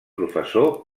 professor